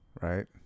right